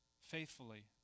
faithfully